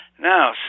Now